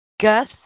Gus